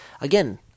again